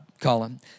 Colin